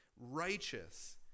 righteous